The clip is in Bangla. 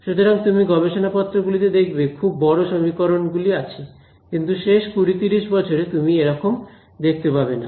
সুতরাং তুমি গবেষণাপত্র গুলিতে দেখবে খুব বড় সমীকরণ গুলি আছে কিন্তু শেষ 20 30 বছরে তুমি এরকম দেখতে পাবে না